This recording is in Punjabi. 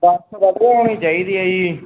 ਬੱਸ ਵਧੀਆ ਹੋਣੀ ਚਾਹੀਦੀ ਹੈ ਜੀ